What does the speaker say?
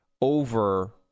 over